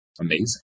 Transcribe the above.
amazing